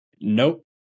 Nope